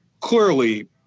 clearly